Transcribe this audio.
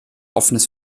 offenes